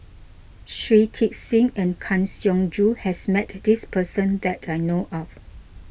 Shui Tit Sing and Kang Siong Joo has met this person that I know of